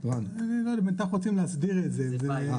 רוצים להסדיר את זה.